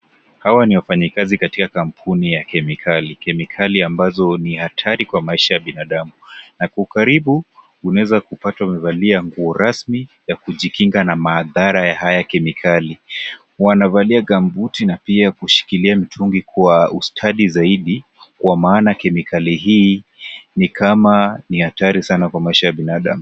Hawa ni wafanyakazi katika kampuni ya kemikali. Kemikali ambazo ni hatari kwa maisha ya binadamu na kwa karibu unawezapata wamevalia nguo rasmi kujikinga na madharara ya haya kemikali. wanavalia gamputi na pia kushikilia mitungi kwa ustadi zaidi kwa maana kemikali ni kama ni hatari sana kwa maisha ya binadamu.